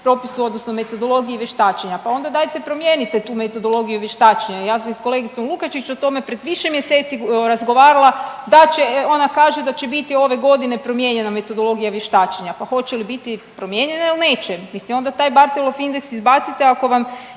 propisu odnosno metodologiji vještačenja. Pa onda dajte promijenite tu metodologiju vještačenja. Ja sam i sa kolegicom Lukačić o tome pred više mjeseci razgovarala. Ona kaže da će biti ove godine promijenjena metodologija vještačenja. Pa hoće li biti promijenjena ili neće? Mislim onda taj Barthelov indeks izbacite ako vam